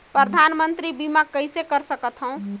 परधानमंतरी बीमा कइसे कर सकथव?